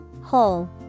Whole